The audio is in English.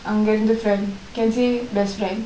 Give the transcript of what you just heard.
அங்க இருந்து:angka irunthu friend can say best friend